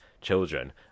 children